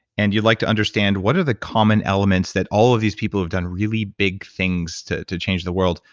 and you'd like to understand what are the common elements that all of the people who've done really big things to to change the world,